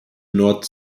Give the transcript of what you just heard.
nord